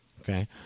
Okay